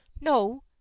no